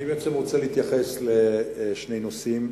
אני רוצה להתייחס לשני נושאים: